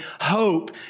hope